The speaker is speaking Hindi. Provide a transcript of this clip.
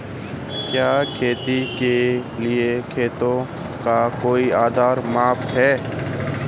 क्या खेती के लिए खेतों का कोई आदर्श माप है?